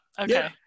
Okay